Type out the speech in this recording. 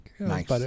Nice